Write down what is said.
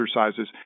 exercises